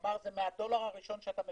כלומר זה מהדולר הראשון שאתה מביא.